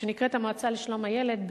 שנקרא: המועצה לשלום הילד,